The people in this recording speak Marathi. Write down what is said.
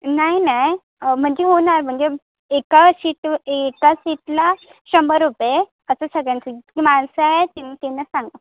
नाही नाही म्हणजे होणार म्हणजे एका शीट एका सीटला शंभर रुपये असं सगळ्यांचं की जी माणसं आहे त्यांना सांगा